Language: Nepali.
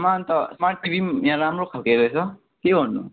आमा अन्त स्मार्ट टिभी पनि यहाँ राम्रो खालके रहेछ के गर्नु